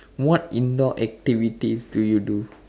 what indoor activities do you do